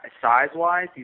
size-wise